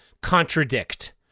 contradict